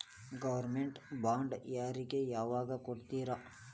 Government bond ಯಾರಿಗೆ ಯಾವಗ್ ಕೊಡ್ತಾರ?